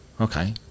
Okay